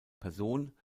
person